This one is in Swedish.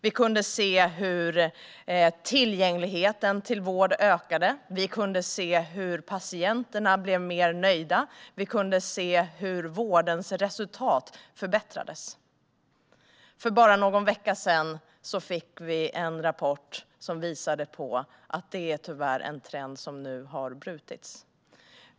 Vi kunde se hur tillgängligheten till vård ökade, hur patienterna blev mer nöjda och hur vårdens resultat förbättrades. För bara någon vecka sedan fick vi en rapport som visade att den trenden nu tyvärr har brutits.